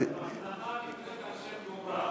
מלאכה נקראת על שם גומרה.